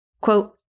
Quote